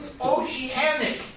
oceanic